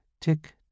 tick